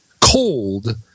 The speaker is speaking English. cold